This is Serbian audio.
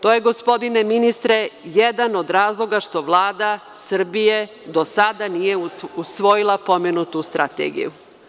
To je, gospodine ministre, jedan od razloga što Vlada Srbije do sada nije usvojila pomenutu strategiju.